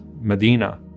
Medina